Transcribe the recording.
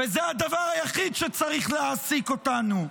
וזה הדבר היחיד שצריך להעסיק אותנו.